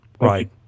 Right